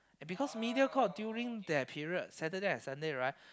because Mediacorp during that period Saturday and Sunday right